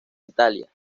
italia